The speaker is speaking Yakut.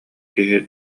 киһи